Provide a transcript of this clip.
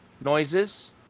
noises